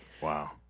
Wow